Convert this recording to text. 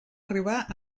arribar